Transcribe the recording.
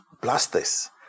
blasters